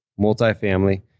multifamily